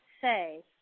say